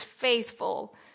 faithful